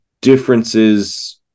differences